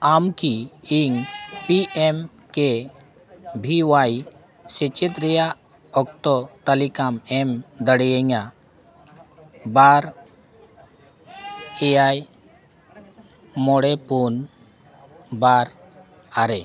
ᱟᱢ ᱠᱤ ᱤᱧ ᱯᱤ ᱮᱢ ᱠᱮ ᱵᱷᱤ ᱚᱣᱟᱭ ᱥᱮᱪᱮᱫ ᱨᱮᱭᱟᱜ ᱚᱠᱛᱚ ᱛᱟᱹᱞᱤᱠᱟᱢ ᱮᱢ ᱫᱟᱲᱮᱭᱟᱹᱧᱟ ᱵᱟᱨ ᱮᱭᱟᱭ ᱢᱚᱬᱮ ᱯᱩᱱ ᱵᱟᱨ ᱟᱨᱮ